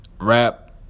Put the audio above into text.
rap